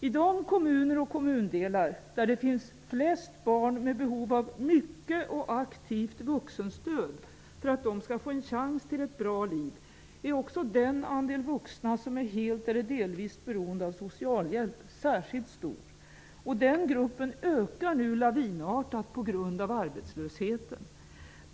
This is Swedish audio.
I de kommuner och kommundelar där det finns flest barn med behov av mycket och aktivt vuxenstöd för att de skall få en chans till ett bra liv, är också den andel vuxna som är helt eller delvis beroende av socialhjälp särskilt stor. Den gruppen ökar lavinartat på grund av arbetslösheten.